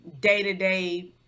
day-to-day